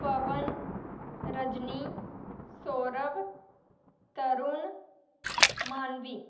पवन रजनी सौरव तरुन मानवी